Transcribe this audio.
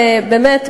באמת,